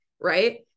right